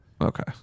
okay